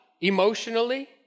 emotionally